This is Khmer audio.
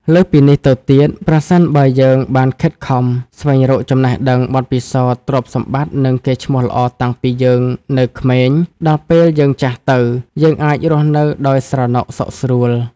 លើសពីនេះទៀត ប្រសិនបើយើងបានខិតខំស្វែងរកចំណេះដឹង បទពិសោធន៍ ទ្រព្យសម្បត្តិ និងកេរ្ដិ៍ឈ្មោះល្អតាំងពីយើងនៅក្មេង ដល់ពេលយើងចាស់ទៅ យើងអាចរស់នៅដោយស្រណុកសុខស្រួល។